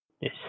Yes